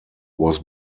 was